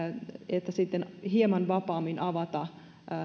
että sitten hieman vapaammin avata